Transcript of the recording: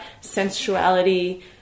sensuality